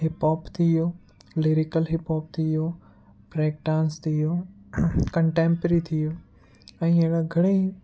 hip hop थी वियो lyrical hip hop थी वियो ब्रेक डांस थी वियो कंटेमपिरी थी वियो ऐं अहिड़ा घणई